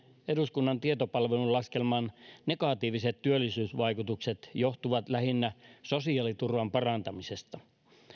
eduskunnan tietopalvelun laskelman mukaan hallituksen budjetin negatiiviset työllisyysvaikutukset johtuvat lähinnä sosiaaliturvan parantamisesta